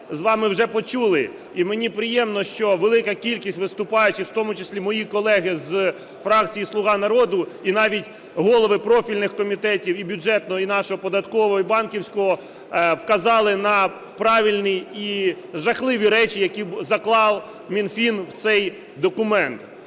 з вами вже почули. І мені приємно, що велика кількість виступаючих, в тому числі мої колеги з фракції "Слуга народу" і навіть голови профільних комітетів і бюджетного, і нашого податкового, і банківського, вказали на правильні і жахливі речі, які заклав Мінфін у цей документ.